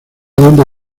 donde